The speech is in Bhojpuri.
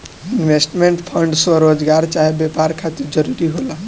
इन्वेस्टमेंट फंड स्वरोजगार चाहे व्यापार खातिर जरूरी होला